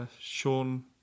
Sean